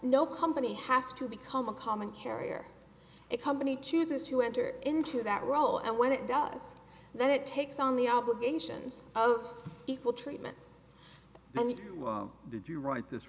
no company has to become a common carrier it company chooses to enter into that role and when it does then it takes on the obligations of equal treatment now you did you write this